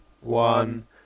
one